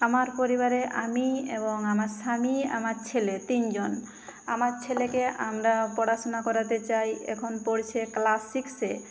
আমার পরিবারে আমি এবং আমার স্বামী আমার ছেলে তিনজন আমার ছেলেকে আমরা পড়াশোনা করাতে চাই এখন পড়ছে ক্লাস সিক্সে